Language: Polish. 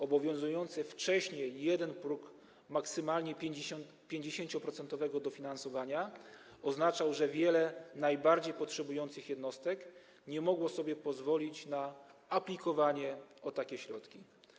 Obowiązujący wcześniej jeden próg maksymalnie 50-procentowego dofinansowania oznaczał, że wiele najbardziej potrzebujących jednostek nie mogło sobie pozwolić na aplikowanie o takie środki.